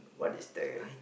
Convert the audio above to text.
what is that